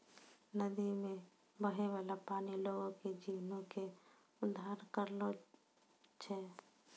नदी मे बहै बाला पानी लोगो के जीवनो के अधार रहलो छै